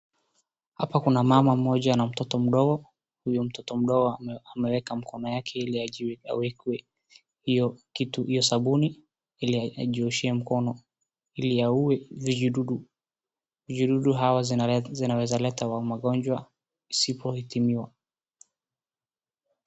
Hapa kuna mama mmoja na mtoto mdogo, huyo mtoto mdogo ameweka mkono yake ili awekwe hiyo kitu, hiyo sabuni ili ajioshee mkono, ili auwe zile vidudu, vidudu hawa zinaweza leta magonjwa isipo dhibitiwa.